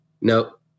Nope